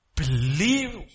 Believe